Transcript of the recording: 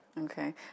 Okay